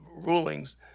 rulings